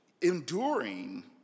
enduring